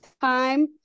time